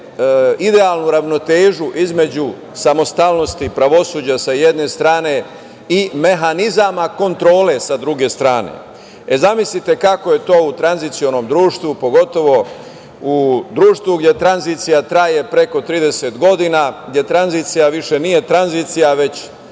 idealnu ravnotežu između samostalnosti pravosuđa, sa jedne strane, i mehanizama kontrole, sa druge strane. Zamislite kako je to u tranzicionom društvu, pogotovo u društvu gde tranzicija traje preko 30 godina, gde tranzicija više nije tranzicija, već